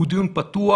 פתוח,